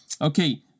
Okay